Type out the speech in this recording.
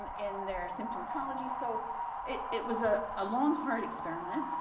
um in their symptomology, so it it was a ah long, hard experiment.